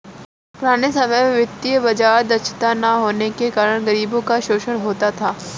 पुराने समय में वित्तीय बाजार दक्षता न होने के कारण गरीबों का शोषण होता था